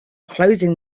closing